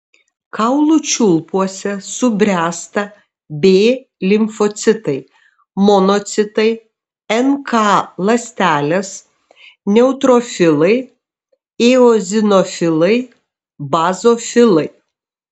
kaulų čiulpuose subręsta b limfocitai monocitai nk ląstelės neutrofilai eozinofilai bazofilai